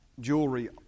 jewelry